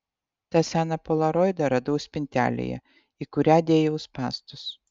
tą seną polaroidą radau spintelėje į kurią dėjau spąstus